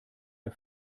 der